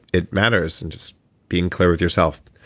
it matters and just being clear with yourself.